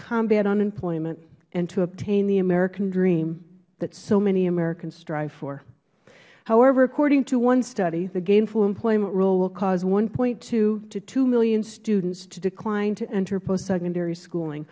combat unemployment and to obtain the american dream that so many americans strive for however according to one study the gainful employment rule will cause one point two to two million students to decline to enter post secondary schooling